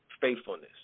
faithfulness